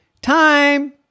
Time